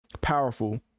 powerful